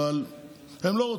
אבל הם לא רוצים.